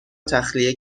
تخلیه